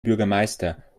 bürgermeister